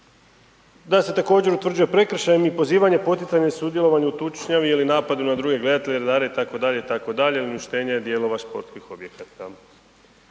da se također, utvrđuje prekršajem i pozivanje i poticanje sudjelovanje u tučnjavi ili napadu na druge gledatelje, redare, itd., itd. uništenje dijelova športskih objekata.